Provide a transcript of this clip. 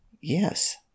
Yes